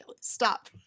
stop